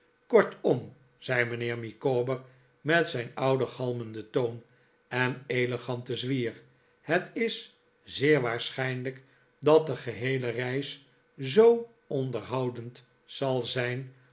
kortom zei mijnheer micawber met zijn ouden galmenden toon en eleganten zwier het is zeer waarschijnlijk dat de geheele reis zoo onderhoudend zal zijn